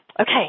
okay